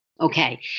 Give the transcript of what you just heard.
Okay